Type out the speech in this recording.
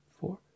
four